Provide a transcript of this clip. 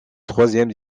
troisième